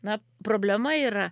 na problema yra